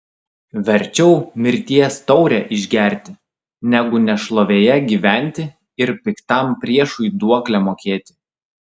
verčiau mirties taurę išgerti negu nešlovėje gyventi ir piktam priešui duoklę mokėti